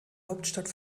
hauptstadt